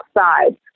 outside